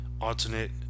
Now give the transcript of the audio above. alternate